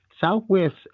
Southwest